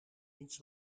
niets